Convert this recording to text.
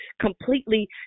completely